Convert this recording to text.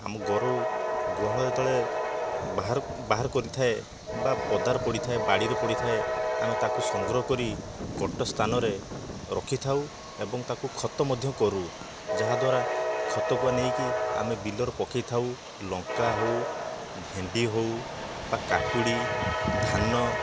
ଆମ ଗୋରୁ ଗୁହାଳ ଯେତେବେଳେ ବାହାରକୁ ବାହାର କରିଥାଏ ବା ପଦାରେ ପଡ଼ିଥାଏ ବାଡ଼ିରେ ପଡ଼ିଥାଏ ଆମେ ତାକୁ ସଂଗ୍ରହ କରି ଗୋଟ ସ୍ଥାନରେ ରଖିଥାଉ ଏବଂ ଟାକୁ ଖତ ମଧ୍ୟ କରୁ ଯାହା ଦ୍ବାରା ଖତ କୁ ଆ ନେଇକି ଆମେ ବିଲରେ ପକେଇଥାଉ ଲଙ୍କା ହଉ ଭେଣ୍ଡି ହଉ ବା କାକୁଡ଼ି ଧାନ